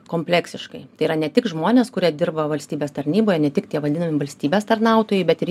kompleksiškai tai yra ne tik žmonės kurie dirba valstybės tarnyboje ne tik tie vadinami valstybės tarnautojai bet ir